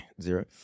Zero